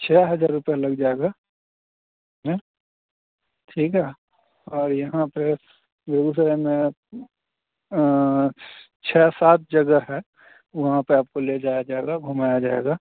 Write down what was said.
छ हज़ार रुपया लग जाएगा हैं ठीक है और यहाँ पे बेगुसराय में छ सात जगह है वहाँ पे आपको ले जाया जाएगा घुमाया जाएगा